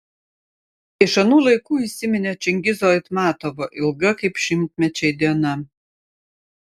iš anų laikų įsiminė čingizo aitmatovo ilga kaip šimtmečiai diena